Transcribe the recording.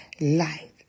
light